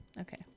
Okay